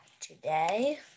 today